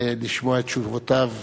לשמוע את תשובותיו